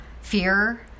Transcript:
fear